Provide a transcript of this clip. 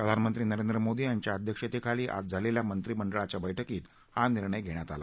प्रधानमंत्री नरेंद्र मोदी यांच्या अध्यक्षतेखाली आज झालेल्या मंत्रिमंडळाच्या बैठकीत हा निर्णय घेण्यात आला